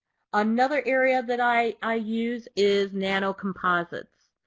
another area that i i use is nano composites.